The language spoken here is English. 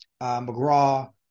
McGraw